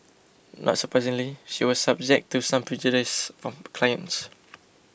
not surprisingly she was subject to some prejudice from clients